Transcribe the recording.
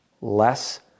less